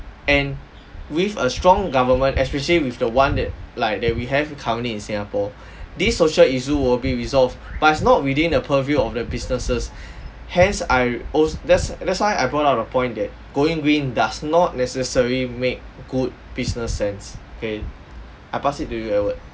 and with a strong government especially with the one that like that we have currently in singapore this social issue will be resolved but it's not within the purview of the businesses hence I als~ that's that's why I brought out a point that going green does not necessarily make good business sense okay I pass it to you edward